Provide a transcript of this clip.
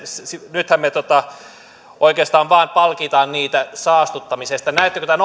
nythän me oikeastaan vain palkitsemme niitä saastuttamisesta näettekö tämän